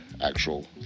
actual